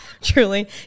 truly